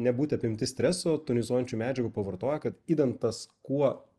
nebūti apimti streso tonizuojančių medžiagų pavartoję kad idant tas kuo